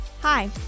Hi